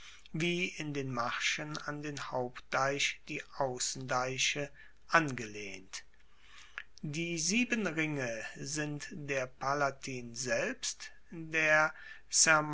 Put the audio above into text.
wie in den marschen an den hauptdeich die aussendeiche angelehnt die sieben ringe sind der palatin selbst der